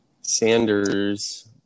sanders